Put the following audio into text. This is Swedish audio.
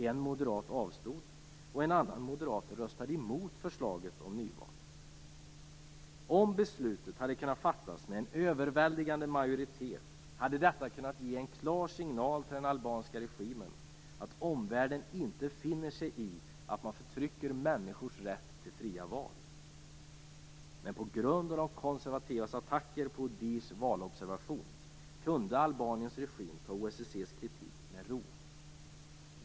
En moderat avstod, och en annan moderat röstade emot förslaget om nyval. Om beslutet hade kunnat fattas med en överväldigande majoritet hade detta kunnat ge en klar signal till den albanska regimen att omvärlden inte finner sig i att man förtrycker människors rätt till fria val. Men på grund av de konservativas attacker på ODIHR:s valobservation kunde Albaniens regim ta OSSE:s kritik med ro.